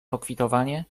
pokwitowanie